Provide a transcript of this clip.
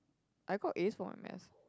I got A for my maths